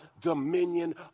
dominion